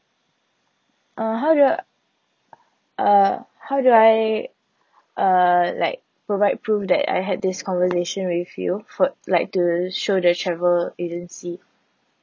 uh how do I uh how do I uh like provide proof that I had this conversation with you for like to show the travel agency